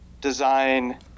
design